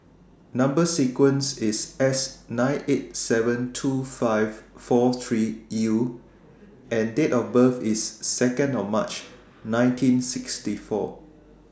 Number sequence IS S nine eight seven two five four three U and Date of birth IS Second of March nineteen sixty four